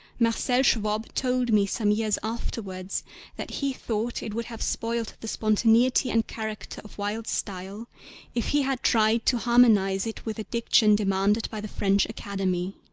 marcel schwob told me some years afterwards that he thought it would have spoiled the spontaneity and character of wilde's style if he had tried to harmonise it with the diction demanded by the french academy.